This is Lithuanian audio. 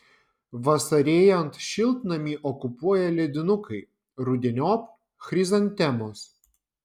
vasarėjant šiltnamį okupuoja ledinukai rudeniop chrizantemos